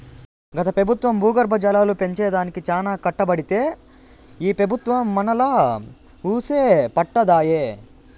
గత పెబుత్వం భూగర్భ జలాలు పెంచే దానికి చానా కట్టబడితే ఈ పెబుత్వం మనాలా వూసే పట్టదాయె